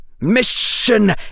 Mission